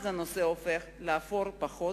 אז הנושא הופך לאפור פחות,